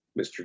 Mr